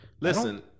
Listen